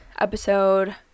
episode